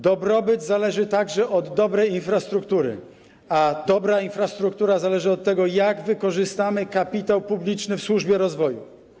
Dobrobyt zależy także od dobrej infrastruktury, a dobra infrastruktura zależy od tego, jak wykorzystamy kapitał publiczny w służbie rozwoju.